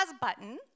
button